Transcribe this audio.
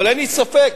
אבל אין לי ספק